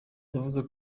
yavuze